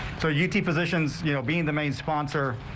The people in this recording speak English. so you to physicians you know being the main sponsor.